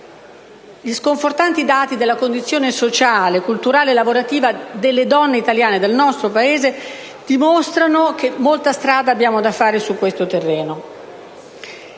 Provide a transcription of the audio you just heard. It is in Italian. gli sconfortanti dati della condizione sociale, culturale e lavorativa delle donne del nostro Paese dimostrano che molta strada abbiamo da fare su questo terreno.